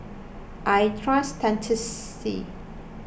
I trust dentiste